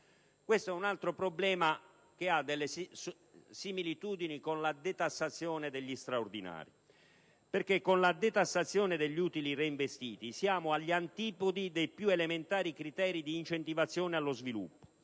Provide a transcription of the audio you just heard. Questo è un altro problema che ha delle similitudini con la detassazione degli straordinari, perché con la detassazione degli utili reinvestiti siamo agli antipodi dei più elementari criteri di incentivazione allo sviluppo.